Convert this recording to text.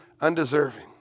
undeserving